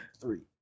Three